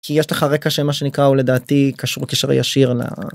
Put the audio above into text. כי יש לך רקע של מה שנקרא או לדעתי קשור קשר ישיר ל..